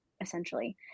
essentially